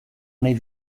nahi